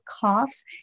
coughs